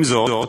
עם זאת,